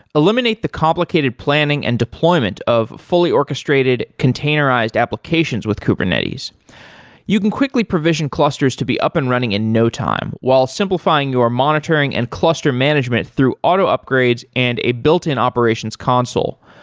eliminate the complicated planning and deployment of fully orchestrated containerized applications with kubernetes you can quickly provision clusters to be up and running in no time, while simplifying your monitoring and cluster management through auto upgrades and a built-in operations console.